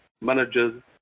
managers